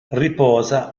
riposa